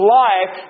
life